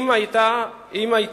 לא.